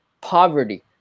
poverty